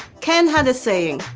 ken had a saying.